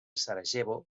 sarajevo